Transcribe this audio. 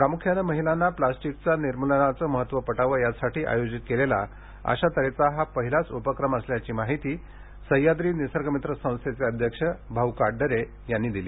प्रामुख्याने महिलांना प्लास्टिकचा निर्मूलनाचं महत्त्व पटावं यासाठी आयोजित केलेला अशा तऱ्हेचा हा पहिलाच उपक्रम असल्याची माहिती सह्याद्री निसर्गमित्र संस्थेचे अध्यक्ष भाऊ काटदरे यांनी दिली